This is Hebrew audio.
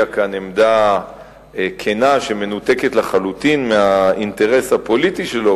כאן עמדה כנה שמנותקת לחלוטין מהאינטרס הפוליטי שלו,